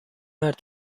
مرد